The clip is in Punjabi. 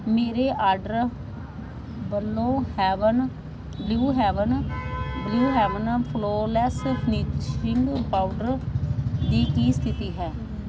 ਮੇਰੇ ਆਰਡਰ ਵੱਲੋ haven blue haven blue haven flawless finishing powder ਦੀ ਕੀ ਸਥਿਤੀ ਹੈ